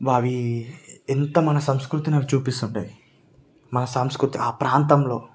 అవి ఎంత మన సంస్కృతిని అవి చూపిస్తుంటాయి మన సంస్కృతి ఆ ప్రాంతంలో